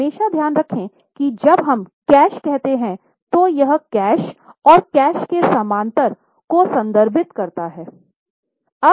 हमेशा ध्यान रखें कि जब हम कैश कहते हैं तो यह कैश और कैश के समांतर को संदर्भित करता है